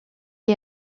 est